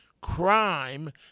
crime